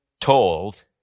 told